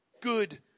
good